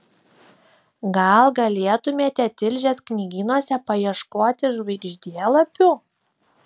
gal galėtumėte tilžės knygynuose paieškoti žvaigždėlapių